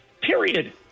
period